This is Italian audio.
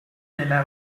nella